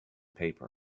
paper